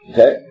Okay